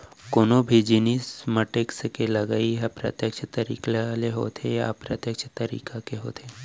कोनो भी जिनिस म टेक्स के लगई ह प्रत्यक्छ तरीका ले होथे या अप्रत्यक्छ तरीका के होथे